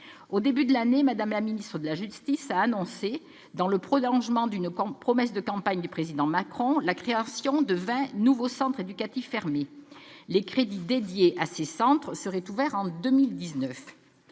Au début de l'année, Mme la ministre de la justice a annoncé, dans le prolongement d'une promesse de campagne du Président Macron, la création de vingt nouveaux centres éducatifs fermés. Les crédits consacrés à ces centres seraient ouverts en 2019.